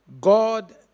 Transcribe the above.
God